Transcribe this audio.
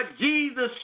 Jesus